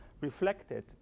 reflected